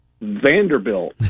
Vanderbilt